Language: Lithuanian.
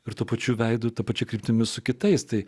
ir tuo pačiu veidu ta pačia kryptimi su kitais tai